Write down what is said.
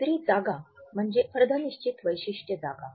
दुसरी जागा म्हणजे अर्ध निश्चित वैशिष्ट्य जागा